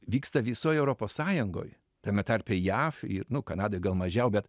vyksta visoj europos sąjungoj tame tarpe jav ir nu kanadoj gal mažiau bet